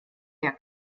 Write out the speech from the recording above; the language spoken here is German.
der